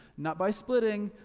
not by splitting,